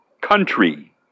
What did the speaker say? Country